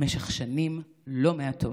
במשך שנים לא מעטות,